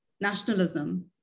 nationalism